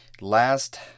Last